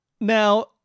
Now